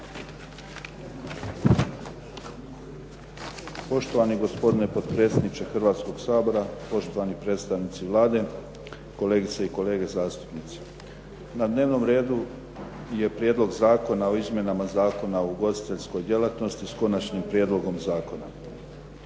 Poštovani potpredsjedniče Hrvatskog sabora, poštovani predstavnici Vlade, kolegice i kolege zastupnici. Na dnevnom redu je Prijedlog zakona o izmjenama Zakona o ugostiteljskoj djelatnosti s Konačnim prijedlogom zakona.